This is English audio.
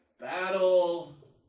Battle